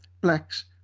blacks